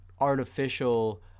artificial